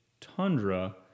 Tundra